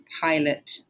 pilot